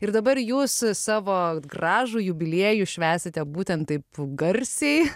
ir dabar jūs savo gražų jubiliejų švęsite būtent taip garsiai